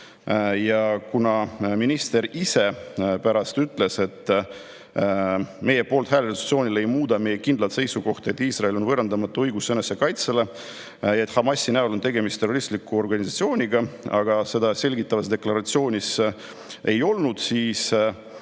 Minister ise pärast ütles, et meie poolthääl resolutsioonile ei muuda meie kindlat seisukohta, et Iisraelil on võõrandamatu õigus enesekaitsele ja et Hamasi näol on tegemist terroristliku organisatsiooniga, aga seda selgitavas deklaratsioonis ei olnud ja siis